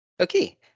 Okay